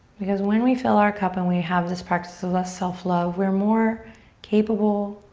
because when we fill our cup and we have this practice of of self love we're more capable,